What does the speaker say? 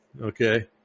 okay